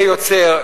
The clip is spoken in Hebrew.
שיוצר,